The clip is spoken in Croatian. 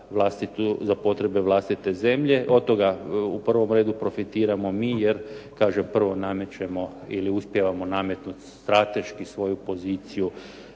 za potrebe vlastite zemlje. Od toga u prvom redu profitiramo mi, jer kažem prvo namećemo ili uspijevamo nametnuti strateški svoju poziciju